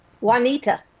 juanita